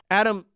adam